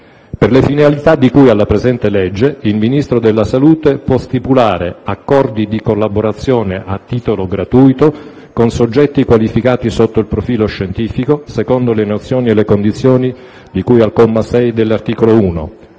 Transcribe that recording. Per le finalità di cui alla presente legge, il Ministro della salute può stipulare accordi di collaborazione a titolo gratuito con soggetti qualificati sotto il profilo scientifico secondo le nozioni e le condizioni di cui al comma 6 dell'articolo 1